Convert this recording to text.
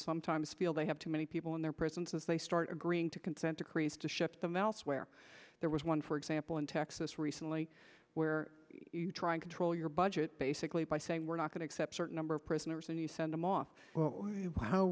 sometimes feel they have too many people in their prisons as they start agreeing to consent decrees to shift them elsewhere there was one for example in texas recently where you try and control your budget basically by saying we're not going to accept certain number of prisoners and you send them off how w